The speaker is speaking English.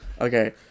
Okay